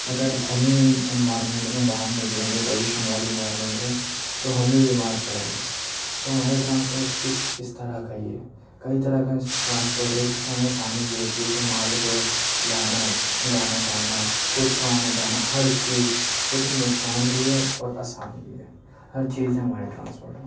اگر ہمیں ان انوارمنٹ میں باہر نکلیں گے پالوشن والے انوارمنٹ میں تو ہم بھی بیمار پڑیں گے تو ہمارا ٹرانسپورٹ کچھ اس طرح کا ہی ہے کئی طرح کا ٹرانسپورٹ ہے جس سے ہمیں آسانی بھی ہوتی ہے جیسے مال کو لانا جانا خود کا آنا جانا ہر چیز لیکن نقصان بھی ہے اور آسان بھی ہے ہر چیز ہے ہمارے ٹرانسپورٹ میں